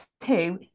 two